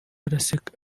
araseka